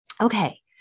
Okay